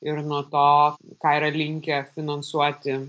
ir nuo to ką yra linkę finansuoti